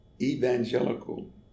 evangelical